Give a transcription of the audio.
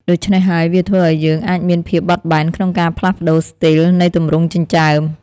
ដូច្នេះហើយ វាធ្វើអោយយើងអាចមានភាពបត់បែនក្នុងការផ្លាស់ប្តូរស្ទីលនៃទម្រង់ចិញ្ចើម។